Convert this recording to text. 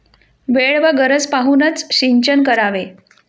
वेळ व गरज पाहूनच सिंचन करावे